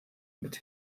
mit